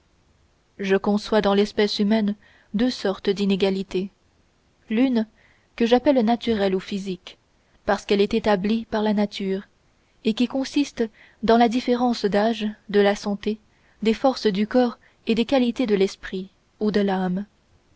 je conçois dans l'espèce humaine deux sortes d'inégalités l'une que j'appelle naturelle ou physique parce qu'elle est établie par la nature et qui consiste dans la différence des âges de la santé des forces du corps et des qualités de l'esprit ou de l'âme